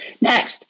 Next